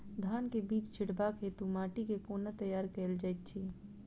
धान केँ बीज छिटबाक हेतु माटि केँ कोना तैयार कएल जाइत अछि?